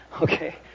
Okay